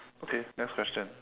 okay next question